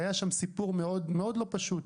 היה שם סיפור מאוד לא פשוט.